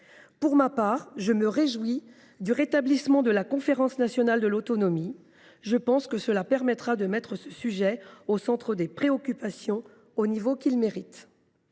Pour ma part, je me réjouis du rétablissement de la conférence nationale de l’autonomie. Je pense que cela permettra de mettre ce sujet au centre des préoccupations, c’est à dire au niveau qu’il mérite.